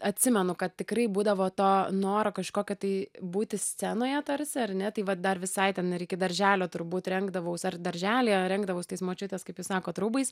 atsimenu kad tikrai būdavo to noro kažkokio tai būti scenoje tarsi ar ne tai vat dar visai ten ar iki darželio turbūt rengdavaus ar darželyje rengdavaus tais močiutės kaip jūs sakot rūbais